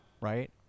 right